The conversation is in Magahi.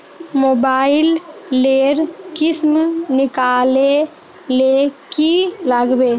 मोबाईल लेर किसम निकलाले की लागबे?